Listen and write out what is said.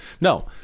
No